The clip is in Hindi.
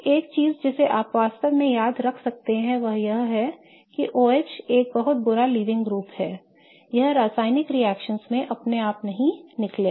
एक चीज जिसे आप वास्तव में याद रख सकते हैं वह है OH एक बहुत बुरा लीविंग ग्रुप है यह रासायनिक रिएक्शन अपने आप नहीं छोड़ेगा